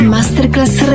Masterclass